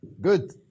Good